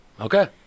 okay